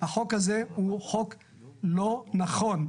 החוק הזה הוא חוק לא נכון.